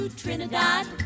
Trinidad